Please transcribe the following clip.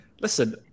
listen